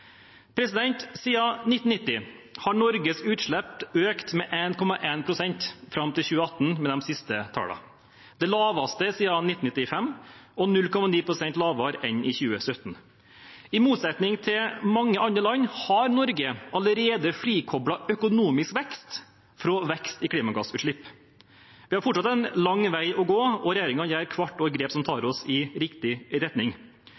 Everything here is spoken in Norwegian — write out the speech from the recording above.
1990 har Norges utslipp økt med 1,1 pst. fram til 2018, viser de siste tallene. Dette er det laveste siden 1995 og 0,9 pst. lavere enn i 2017. I motsetning til mange andre land har Norge allerede frikoblet økonomisk vekst fra vekst i klimagassutslipp. Vi har fortsatt en lang vei å gå, og regjeringen gjør hvert år grep som tar oss i riktig retning.